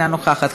אינה נוכחת,